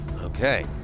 Okay